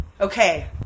Okay